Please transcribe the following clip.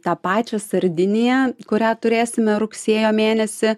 tą pačią sardiniją kurią turėsime rugsėjo mėnesį